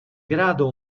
grado